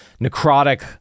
necrotic